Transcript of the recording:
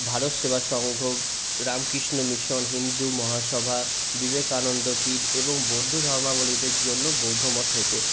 Bharatseva Sangha Ramakrishna Mission Hindu Mahasabha Vivekananda Peeth এবং বৌদ্ধ ধর্মাবলীদের জন্য বৌদ্ধ মঠ হয়েছে